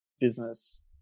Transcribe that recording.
business